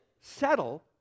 settle